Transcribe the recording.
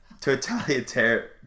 Totalitarian